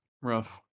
rough